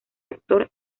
actor